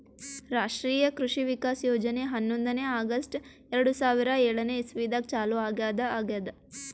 ರಾಷ್ಟ್ರೀಯ ಕೃಷಿ ವಿಕಾಸ್ ಯೋಜನೆ ಹನ್ನೊಂದನೇ ಆಗಸ್ಟ್ ಎರಡು ಸಾವಿರಾ ಏಳನೆ ಇಸ್ವಿದಾಗ ಚಾಲೂ ಆಗ್ಯಾದ ಆಗ್ಯದ್